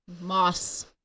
moss